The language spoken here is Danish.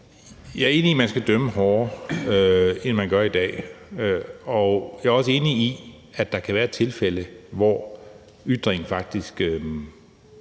Jeg er enig i, at man skal dømme hårdere, end man gør i dag, og jeg er også enig i, at der kan være tilfælde, hvor ytringen faktisk